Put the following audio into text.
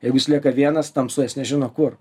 jeigu jis lieka vienas tamsoj jis nežino kur